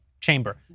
chamber